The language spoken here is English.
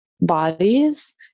bodies